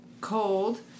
cold